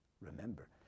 Remember